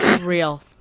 Real